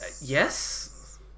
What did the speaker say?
yes